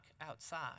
outside